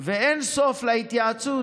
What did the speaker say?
ואין סוף להתייעצות.